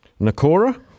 Nakora